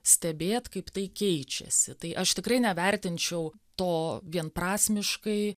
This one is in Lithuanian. stebėt kaip tai keičiasi tai aš tikrai nevertinčiau to vienprasmiškai